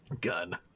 Gun